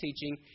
teaching